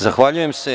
Zahvaljujem se.